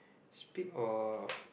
speak of